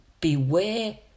Beware